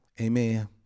Amen